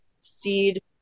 seed